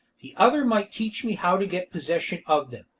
the other might teach me how to get possession of them.